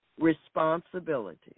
Responsibility